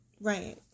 Right